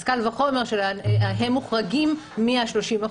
אז קל וחומר שהם מוחרגים מה-30%.